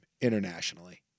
internationally